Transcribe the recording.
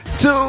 two